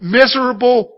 miserable